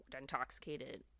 intoxicated